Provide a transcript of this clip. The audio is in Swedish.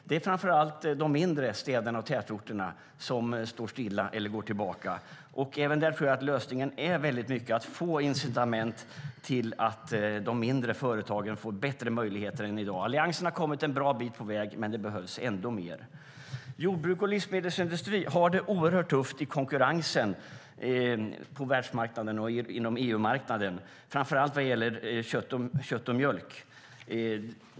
Det är framför allt de mindre städerna och tätorterna som står stilla eller går tillbaka. Även där tror jag att lösningen mycket är att få till incitament så att de mindre företagen får bättre möjligheter än i dag. Alliansen har kommit en bra bit på väg, men det behövs ännu mer. Jordbruk och livsmedelsindustri har det oerhört tufft i konkurrensen på världsmarknaden och inom EU-marknaden, framför allt vad gäller kött och mjölk.